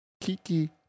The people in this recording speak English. Kiki